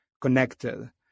connected